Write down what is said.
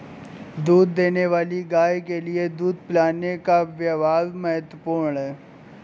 दूध देने वाली गाय के लिए दूध पिलाने का व्यव्हार महत्वपूर्ण है